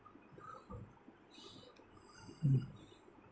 hmm